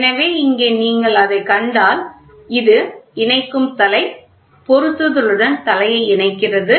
எனவே இங்கே நீங்கள் அதைக் கண்டால் இது இணைக்கும் தலை பொருத்துதலுடன் தலையை இணைக்கிறது